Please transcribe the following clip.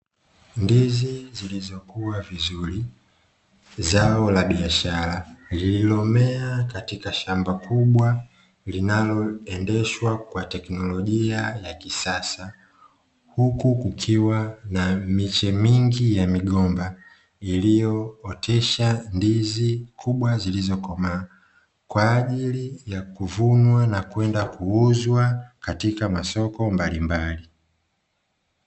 Ndizi zilizokuwa vizuri, zao la biashara lililomea katika shamba kubwa linaloendeshwa kwa teknolojia ya kisasa, huku kukiwa na miche mingi ya migomba iliyootesha ndizi kubwa zilizokomaa, kwa ajili ya kuvunwa na kwenda kuuzwa katika masoko mbalimbali.